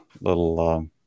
little